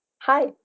Hi